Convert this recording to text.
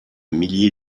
milliers